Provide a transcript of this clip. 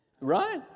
Right